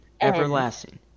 Everlasting